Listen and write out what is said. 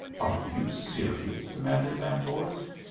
are you serious? demanded van vorst.